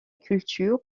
culture